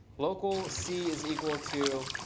local c is equal to